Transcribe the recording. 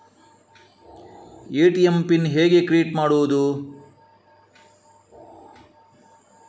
ATM PIN ಹೇಗೆ create ಮಾಡುವುದು?